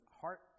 heart